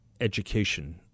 education